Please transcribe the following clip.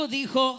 dijo